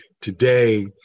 today